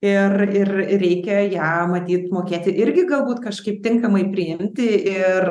ir ir reikia ją matyt mokėti irgi galbūt kažkaip tinkamai priimti ir